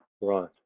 Right